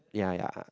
ya ya